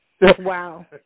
Wow